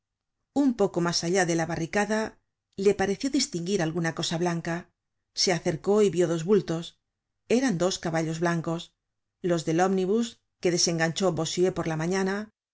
un poco mas allá de la barricada le pareció distinguir alguna cosa blanca se acercó y vió dos bultos eran dos caballos blancos los del omnibus que desenganchó bossuet por la mañana